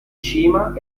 cima